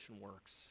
works